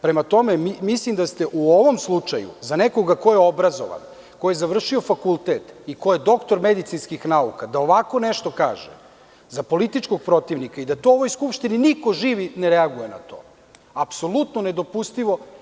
Prema tome, mislim da ste u ovom slučaju za nekoga ko je obrazovan, ko je završio fakultet i ko je doktor medicinskih nauka da ovako nešto kaže za političkog protivnika i da u ovoj Skupštini ne reaguje na to, apsolutno nedopustivo.